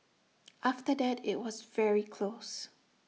after that IT was very close